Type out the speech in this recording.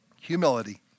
humility